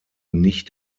nicht